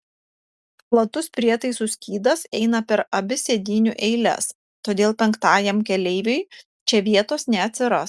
platus prietaisų skydas eina per abi sėdynių eiles todėl penktajam keleiviui čia vietos neatsiras